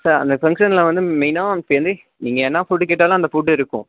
sir அந்த ஃபங்க்ஷனில் வந்து மெயினாக இப்போ வந்து நீங்கள் என்ன ஃபுட்டு கேட்டாலும் அந்த ஃபுட்டு இருக்கும்